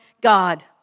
God